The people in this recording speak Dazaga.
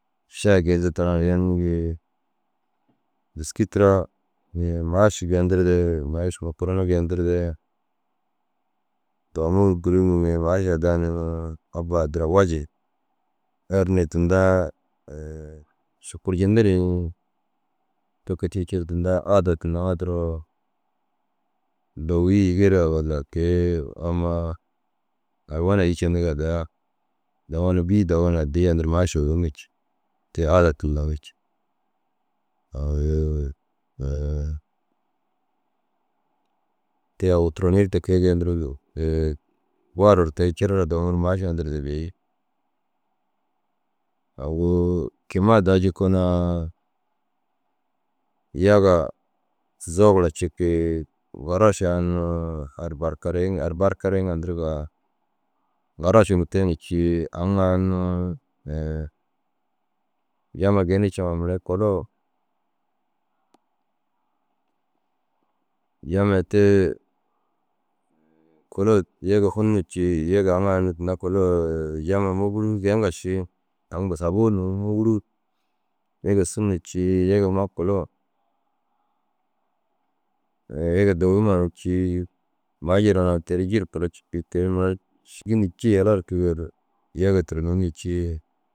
Šai geede taroo na yenirigii dîski tira inii maaši geendireere maaši mukuruna geendereere domuu ru kûlunum ni maaši ai da niŋi ni. Abba addira waji er ni tindaa šukurjindu ni te kee cii ciiru tinda aada tinda ŋa duro dowii yîge raa walla kei amma hayiwana îyi cendiŋa daa dawoo na bîi dawoo na addi yendir maaši uwunni ici. Te aada tindau ici. Aŋii mire te au turonii ru tekee jeenduruu ru waruu te ru cireraa dowimuu ru maaši yendirde bêi. Agu kimaa daa jikoo na yagaa tuzoo gora cikii garaši a unnu Arbarkarei ŋa Arbarkare ŋa indirigaa garašuu te na cii. Aŋ a unnu jamaa geenii ciŋa mire kulo jaamiya tee kolo yege hun ni cii yege aŋ a unnu tinda kolo ai jaama môguruu geeŋa ši aŋ busabuu nuŋu môguruu yege sun ni cii yege huma kolo yege dowii humau ni cii maajiraa na teri ji ru kolo cikii te ru mire sîgini ji yala ru kege ru yege turonii ni cii